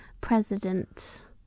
President